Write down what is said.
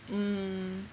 mm